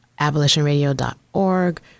abolitionradio.org